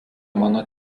mano